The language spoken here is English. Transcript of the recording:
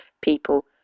people